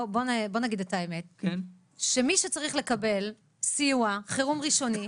בואו נגיד את האמת: שמי שצריך לקבל סיוע חירום ראשוני,